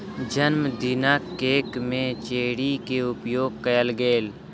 जनमदिनक केक में चेरी के उपयोग कएल गेल